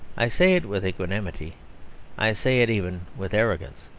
i say it with equanimity i say it even with arrogance.